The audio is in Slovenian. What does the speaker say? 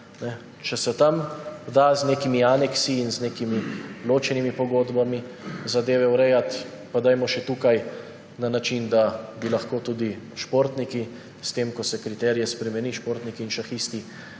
če se tam da z nekimi aneksi in nekimi ločenimi pogodbami zadeve urejati, dajmo še tukaj na način, da bi lahko tudi športniki in šahisti, s tem, ko se kriterije spremeni, prišli do Zoisove